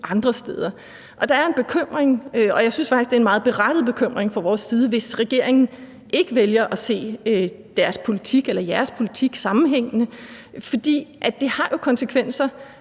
andre steder. Der er en bekymring, og jeg synes faktisk, det er en meget berettiget bekymring fra vores side, hvis regeringen ikke vælger at se deres politik eller jeres politik sammenhængende, for det har jo konsekvenser,